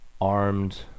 armed